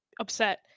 upset